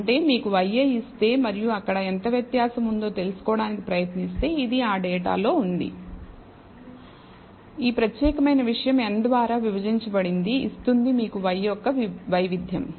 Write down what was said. అంటే మీకు yi ఇస్తే మరియు అక్కడ ఎంత వ్యత్యాసం ఉందో తెలుసుకోవడానికి ప్రయత్నిస్తే ఇది ఆ డేటాలో ఉంది ఈ ప్రత్యేకమైన విషయం n ద్వారా విభజించబడింది ఇస్తుంది మీకు y యొక్క వైవిధ్యం